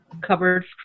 cupboards